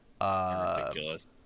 Ridiculous